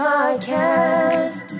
Podcast